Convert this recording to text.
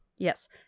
Yes